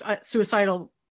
suicidal